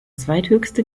zweithöchste